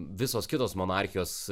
visos kitos monarchijos